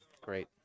Great